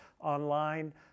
online